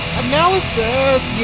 analysis